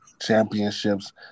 championships